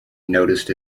noticed